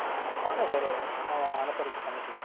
வாங்க சார் நான் அனுசரிச்சு பண்ணிக்கலாம்